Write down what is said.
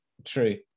true